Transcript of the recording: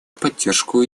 поддержку